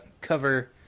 cover